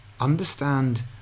understand